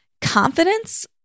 confidence